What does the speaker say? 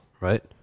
Right